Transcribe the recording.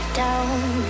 down